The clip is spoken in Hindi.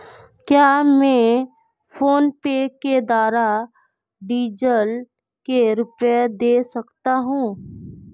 क्या मैं फोनपे के द्वारा डीज़ल के रुपए दे सकता हूं?